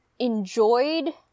enjoyed